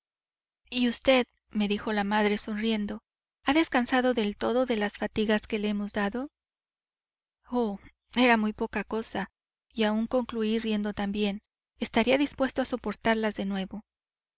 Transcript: y vd me dijo la madre sonriendo ha descansado del todo de las fatigas que le hemos dado oh era muy poca cosa y aún concluí riendo también estaría dispuesto a soportarlas de nuevo